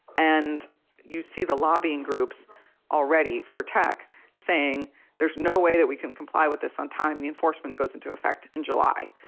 and you see the lobbying groups already for tech saying there's no way that we can comply with this on time. the enforcement goes into effect in july.